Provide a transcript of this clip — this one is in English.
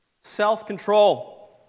Self-control